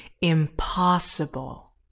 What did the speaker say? impossible